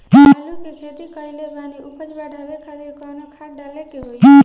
आलू के खेती कइले बानी उपज बढ़ावे खातिर कवन खाद डाले के होई?